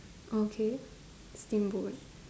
okay steamboat